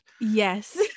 yes